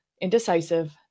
indecisive